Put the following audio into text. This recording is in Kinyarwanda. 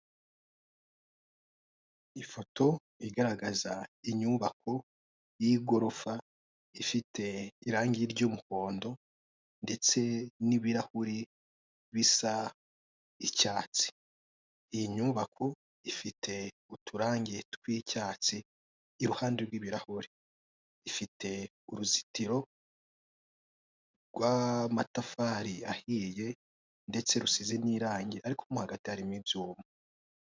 Ifoto igaragaza inyubako y'igorofa, ifite irangi ry'umuhondo ndetse n'ibirahuri bisa icyatsi. Iyi nyubako ifite uturangi tw'icyatsi iruhande rw'ibirahuri. Ifite uruzitiro rw'amatafari ahiye ndetse rusize n'irangi ariko mo hagati harimo ibyuma.